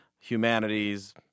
humanities